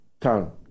town